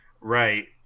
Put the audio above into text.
Right